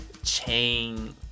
Chain